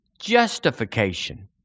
justification